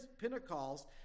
Pentecost